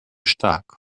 stark